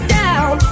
down